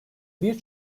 bir